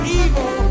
evil